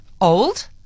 old